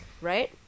right